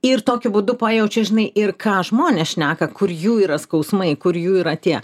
ir tokiu būdu pajaučia žinai ir ką žmonės šneka kur jų yra skausmai kur jų yra tie